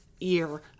year